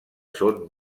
són